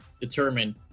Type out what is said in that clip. determined